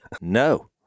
no